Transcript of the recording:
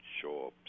Sure